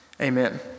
Amen